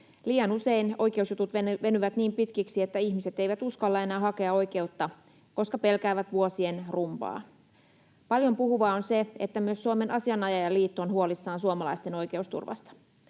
Liian usein oikeusjutut venyvät niin pitkiksi, että ihmiset eivät uskalla enää hakea oikeutta, koska pelkäävät vuosien rumbaa. Paljonpuhuvaa on se, että myös Suomen Asianajajaliitto on huolissaan suomalaisten oikeusturvasta.